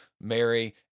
Mary